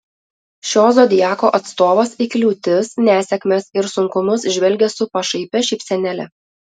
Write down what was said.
šio zodiako atstovas į kliūtis nesėkmes ir sunkumus žvelgia su pašaipia šypsenėle